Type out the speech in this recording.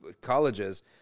colleges